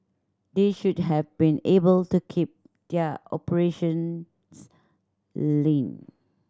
they should have been able to keep their operations lean